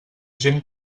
gent